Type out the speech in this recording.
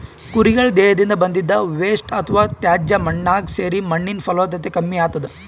ಕುರಿಗಳ್ ದೇಹದಿಂದ್ ಬಂದಿದ್ದ್ ವೇಸ್ಟ್ ಅಥವಾ ತ್ಯಾಜ್ಯ ಮಣ್ಣಾಗ್ ಸೇರಿ ಮಣ್ಣಿನ್ ಫಲವತ್ತತೆ ಕಮ್ಮಿ ಆತದ್